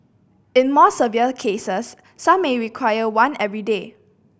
in more severe cases some may require one every day